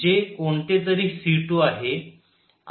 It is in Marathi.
जे कोणतेतरी c2 आहे